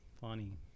funny